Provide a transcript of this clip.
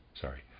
sorry